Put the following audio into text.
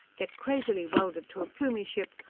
get crazily welded to a plumie ship,